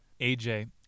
AJ